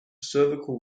cervical